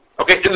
Okay